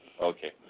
Okay